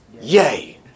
yay